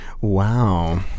Wow